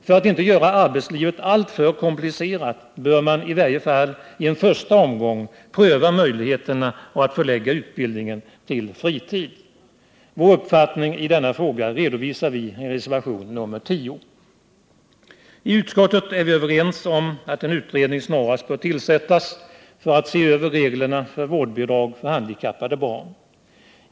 För att inte göra arbetslivet alltför komplicerat bör man i varje fall i en första omgång pröva möjligheterna att förlägga utbildningen till fritid. Vår uppfattning i denna fråga redovisar vi i reservation nr 10. I utskottet är vi överens om att en utredning snarast bör tillsättas för att se över reglerna för vårdbidrag för handikappade barn.